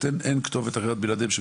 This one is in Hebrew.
אחת.